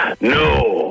No